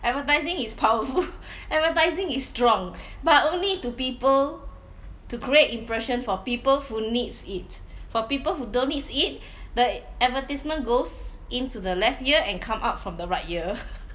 advertising is powerful advertising is strong but only to people to create impressions for people who needs it for people who don't needs it the advertisement goes into the left ear and come up from the right ear